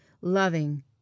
loving